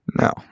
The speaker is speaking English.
No